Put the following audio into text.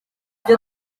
ibyo